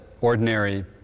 ordinary